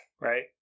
right